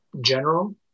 general